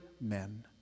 men